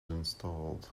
installed